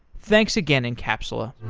thanks again encapsula